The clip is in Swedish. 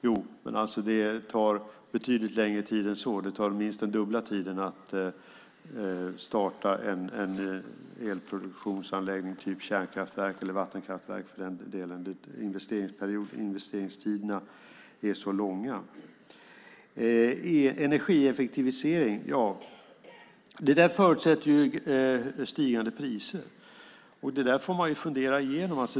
Jo, men det tar betydligt längre tid än så. Det tar minst den dubbla tiden att starta en elproduktionsanläggning, typ kärnkraftverk eller vattenkraftverk, för den delen. Investeringstiderna är så långa. Energieffektivisering förutsätter stigande priser. Det får man fundera igenom.